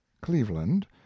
cleveland